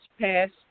passed